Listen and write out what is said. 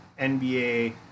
NBA